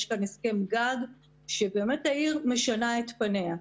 יש גם הסכם גג ובאמת העיר משנה את פניה.